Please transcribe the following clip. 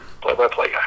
play-by-play